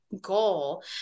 goal